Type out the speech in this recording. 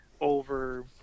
over